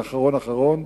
אחרון אחרון,